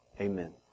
Amen